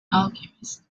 alchemist